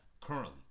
currently